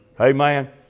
Amen